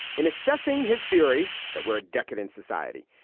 in assessing his theory that we're a decadent society,